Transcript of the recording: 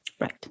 Right